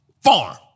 farm